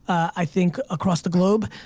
i think across the globe.